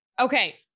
Okay